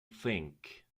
think